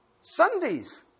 Sundays